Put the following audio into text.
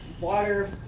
water